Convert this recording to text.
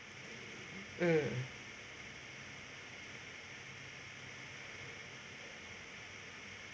mm